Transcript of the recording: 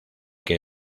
que